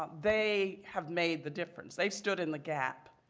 um they have made the difference. they've stood in the gap.